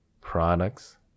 products